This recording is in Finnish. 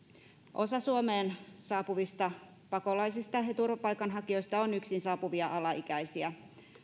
osa suomeen saapuvista pakolaisista ja turvapaikanhakijoista on yksin saapuvia alaikäisiä